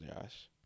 Josh